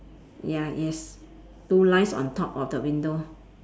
ya yes two lines on top of the window